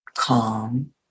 calm